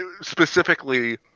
Specifically